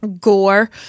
gore